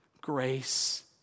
grace